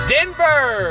Denver